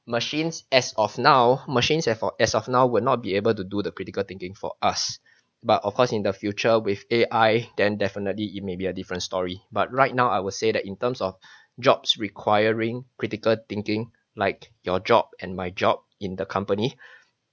machines as of now machines have as of as of now would not be able to do the critical thinking for us but of course in the future with A_I then definitely it may be a different story but right now I would say that in terms of jobs requiring critical thinking like your job and my job in the company